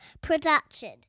production